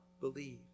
believe